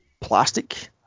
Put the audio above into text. plastic